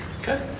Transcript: Okay